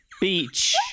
beach